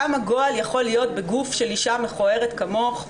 כמה גועל יכול להיות בגוף של אישה מכוערת כמוך.